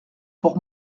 pour